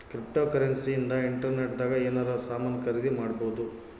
cryptocurrency ಇಂದ internet ದಾಗ ಎನಾರ ಸಾಮನ್ ಖರೀದಿ ಮಾಡ್ಬೊದು